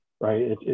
right